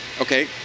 okay